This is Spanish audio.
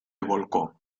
volcó